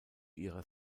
ihrer